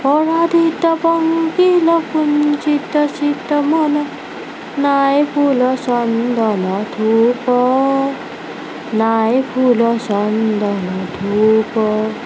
পৰাধীত পঙ্কিল কুঞ্চিত চিত মন নাই ফুল চন্দন ধূপ নাই ফুল চন্দন ধূপ